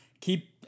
keep